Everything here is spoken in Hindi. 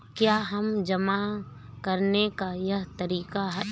क्या यह जमा करने का एक तरीका है?